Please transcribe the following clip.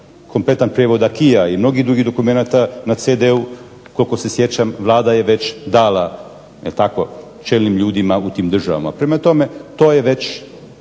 kompletan prijevod aquisa i mnogih drugih dokumenata na CD-u koliko se sjećam Vlada je već dala je li tako, čelnim ljudima u tim državama. Prema tome to je već